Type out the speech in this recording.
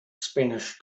spanish